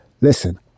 listen